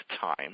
time